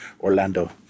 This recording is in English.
orlando